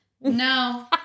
No